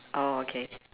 oh okay